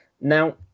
Now